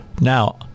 Now